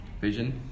vision